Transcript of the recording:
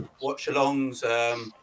watch-alongs